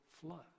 flood